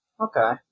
Okay